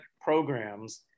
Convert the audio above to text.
programs